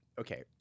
okay